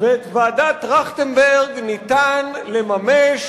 ואת ועדת-טרכטנברג ניתן לממש